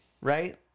right